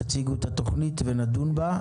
תציגו את התוכנית ונדון בה.